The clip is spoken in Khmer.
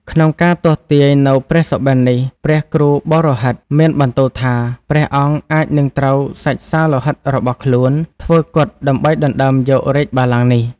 ក្នុងការទស្សទាយនូវព្រះសុបិននេះ ព្រះគ្រូបោរាហិត មានបន្ទូលថា ព្រះអង្គអាចនិងត្រូវសាច់សាលោហិតរបស់ខ្លួន ធ្វើគត់ដើម្បីដណ្ដើមយករាជបល្ល័ងនេះ។